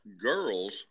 girls